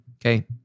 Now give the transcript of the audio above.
okay